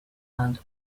and